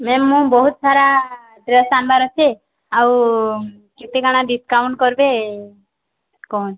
ma'am ମୋର୍ ବହୁତ୍ ସାରା ଡ୍ରେସ୍ ଆନ୍ବାର୍ ଅଛେ ଆଉ କେତେ କା'ଣା ଡିସ୍କାଉଣ୍ଟ୍ କର୍ବେ କହୁନ୍